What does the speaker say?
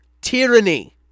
tyranny